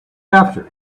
after